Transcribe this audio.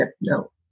no